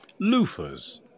Loofers